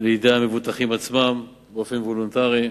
לידי המבוטחים עצמם באופן התנדבותי,